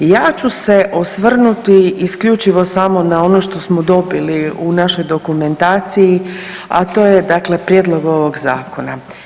Ja ću se osvrnuti isključivo samo na ono što smo dobili u našoj dokumentaciji, a to je dakle prijedlog ovog zakona.